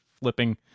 flipping